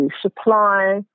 supply